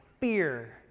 fear